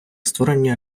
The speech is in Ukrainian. створення